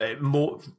More